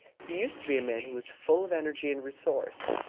he used to be a man who was full of energy and resource.